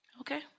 Okay